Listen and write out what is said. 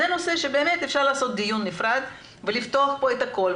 אלה נושאים שאפשר לעשות דיון נפרד ולפתוח את הכל,